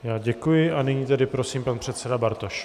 Já děkuji a nyní tedy prosím pan předseda Bartoš.